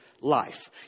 life